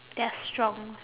they're strong